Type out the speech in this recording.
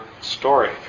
story